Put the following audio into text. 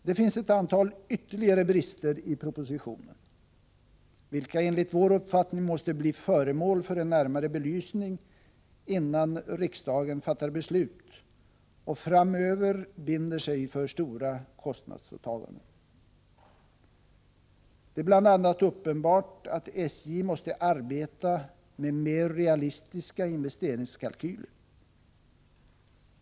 Det finns ett antal ytterligare brister i propositionen vilka enligt vår uppfattning måste bli föremål för en närmare belysning innan riksdagen fattar beslut och framöver binder sig för stora kostnadsåtaganden. Det är bl.a. uppenbart att SJ måste arbeta med mer realistiska investeringskalkyler.